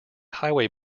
highway